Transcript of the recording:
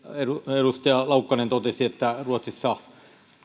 edustaja laukkanen totesi että ruotsissa